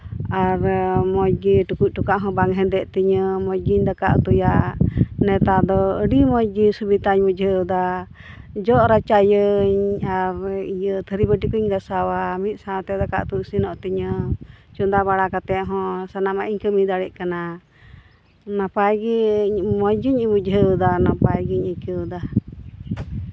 ᱢᱚᱡᱽ ᱜᱮ ᱴᱩᱠᱩᱡ ᱴᱚᱠᱟᱜ ᱦᱚᱸᱵᱟᱝ ᱦᱮᱸᱫᱮᱜ ᱛᱤᱧᱟᱹ ᱢᱚᱡᱽ ᱜᱤᱧ ᱫᱟᱠᱟ ᱩᱛᱩᱭᱟ ᱱᱮᱛᱟᱨ ᱫᱚ ᱟᱹᱰᱤ ᱢᱚᱡᱽ ᱜᱮ ᱥᱩᱵᱤᱫᱷᱟᱧ ᱵᱩᱡᱷᱟᱹᱣᱫᱟ ᱡᱚᱜ ᱨᱟᱪᱟᱭᱟᱹᱧ ᱟᱨ ᱛᱷᱟᱹᱨᱤ ᱵᱟᱹᱴᱤ ᱠᱚᱧ ᱜᱟᱥᱟᱣᱟ ᱢᱤᱫ ᱥᱟᱶᱛᱮ ᱫᱟᱠᱟ ᱩᱛᱩ ᱤᱥᱤᱱᱚᱜ ᱛᱤᱧᱟᱹ ᱪᱚᱸᱫᱟ ᱵᱟᱲᱟ ᱠᱟᱛᱮᱜ ᱦᱚᱸ ᱥᱟᱱᱟᱢᱟᱜ ᱤᱧ ᱠᱟᱹᱢᱤ ᱫᱟᱲᱮᱜ ᱠᱟᱱᱟ ᱱᱟᱯᱟᱭ ᱜᱮ ᱢᱚᱡᱽ ᱜᱤᱧ ᱵᱩᱡᱷᱟᱹᱣᱫᱟ ᱱᱟᱯᱟᱭ ᱜᱤᱧ ᱟᱹᱭᱠᱟᱹᱣᱫᱟ